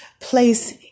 place